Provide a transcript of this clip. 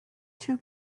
too